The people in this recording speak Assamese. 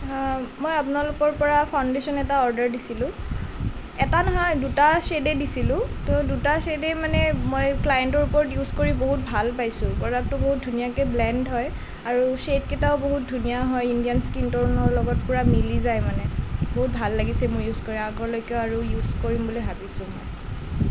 মই আপোনালোকৰ পৰা ফাউণ্ডেশ্বন এটা অৰ্ডাৰ দিছিলোঁ এটা নহয় দুটা শ্বেডে দিছিলোঁ তো দুটা শ্বেডেই মানে মই ক্লায়েণ্টৰ ওপৰত ইউজ কৰি বহুত ভাল পাইছোঁ প্ৰ'ডাক্টটো বহুত ধুনীয়াকৈ ব্লেণ্ড হয় আৰু শ্বেড কেইটাও বহুত ধূনীয়া হয় ইণ্ডিয়ান স্কিন ট'নৰ লগত পুৰা মিলি যায় মানে বহুত ভাল লাগিছে মোৰ ইউজ কৰি আগলৈকেও আৰু ইউজ কৰিম বুলি ভাবিছোঁ